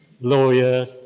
lawyer